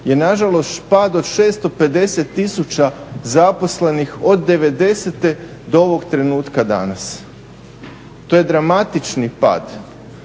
je na žalost pad od 650 000 zaposlenih od 90-te do ovog trenutka danas. To je dramatični pad.